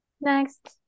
Next